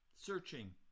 Searching